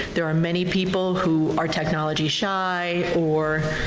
there are many people who are technology shy or